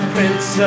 Prince